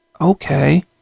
okay